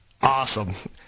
Awesome